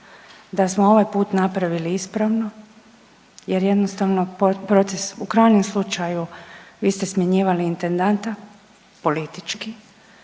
da smo ovaj put napravili ispravno jer jednostavno, proces u krajnjem slučaju, vi ste smjenjivali intendanta politički